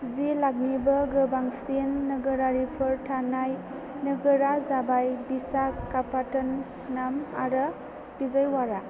जि लाखनिबो गोबांसिन नोगोरारिफोर थानाय नोगोरा जाबाय विशाखापत्तनम आरो विजयवाड़ा